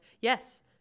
Yes